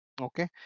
okay